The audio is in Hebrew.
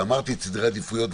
ואמרתי את סדרי העדיפויות,